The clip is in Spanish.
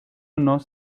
nos